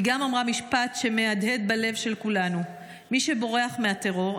היא גם אמרה משפט שמהדהד בלב של כולנו: מי שבורח מהטרור,